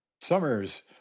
Summer's